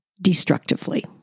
Destructively